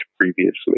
previously